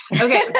Okay